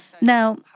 Now